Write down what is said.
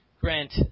grant